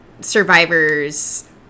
survivors